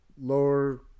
Lower